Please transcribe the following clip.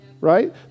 right